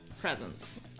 Presents